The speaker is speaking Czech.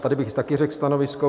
Tady bych také řekl stanovisko.